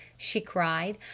she cried.